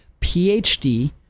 phd